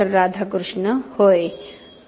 राधाकृष्ण होय हसतात डॉ